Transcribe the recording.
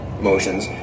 motions